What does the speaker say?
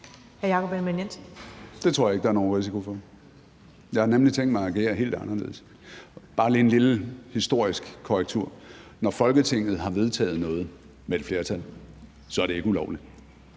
Det tror jeg ikke der er nogen risiko for. Jeg har nemlig tænkt mig at agere helt anderledes. Her er bare en lille, historisk korrektion: Når Folketinget har vedtaget noget med et flertal, er det ikke ulovligt,